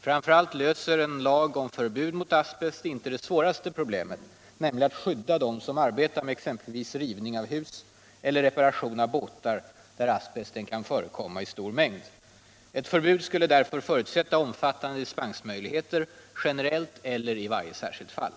Framför allt löser en lag om förbud mot asbest inte det svåraste problemet, nämligen att skydda dem som arbetar med exempelvis rivning av hus eller reparation av båtar, där asbest kan förekomma i stor mängd. Ett förbud skulle därför förutsätta omfattande dispensmöjligheter, generellt eller i varje enskilt fall.